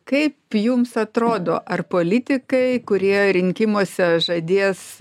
kaip jums atrodo ar politikai kurie rinkimuose žadės